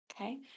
okay